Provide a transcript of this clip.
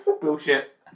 Bullshit